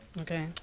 Okay